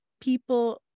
people